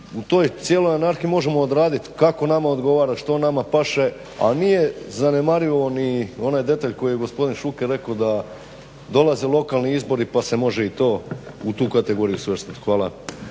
u toj cijeloj anarhiji možemo odraditi kako nama odgovara, što nama paše a nije zanemarivo ni onaj detalj koji je gospodin Šuker rekao da dolaze lokalni izbori pa se može i to u tu kategoriju svrstat. Hvala.